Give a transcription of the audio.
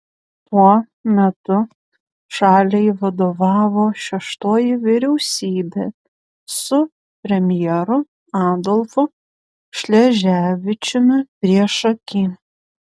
tuo metu šaliai vadovavo šeštoji vyriausybė su premjeru adolfu šleževičiumi priešaky